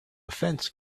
fence